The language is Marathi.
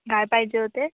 काय पाहिजे होते